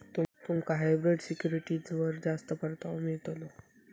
तुमका हायब्रिड सिक्युरिटीजवर जास्त परतावो मिळतलो